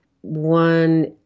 one